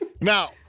Now